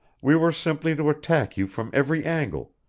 we were simply to attack you from every angle,